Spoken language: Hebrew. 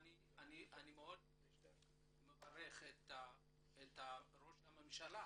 אני מברך את ראש הממשלה